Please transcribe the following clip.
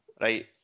right